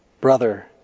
brother